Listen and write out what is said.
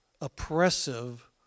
oppressive